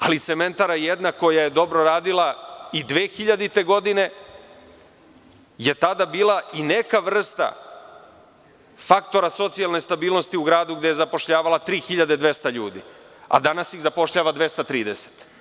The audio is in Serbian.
Ali, cementara jedna koja je dobro radili i 2000. godine je i tada bila neka vrsta faktora socijalne stabilnosti u gradu gde je zapošljavala 3200 ljudi, a danas ih zapošljava 230.